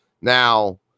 Now